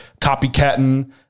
copycatting